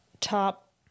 top